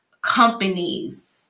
companies